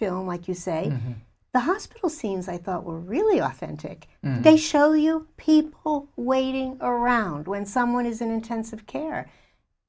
film like you say the hospital scenes i thought were really authentic and they show you people waiting around when someone is in intensive care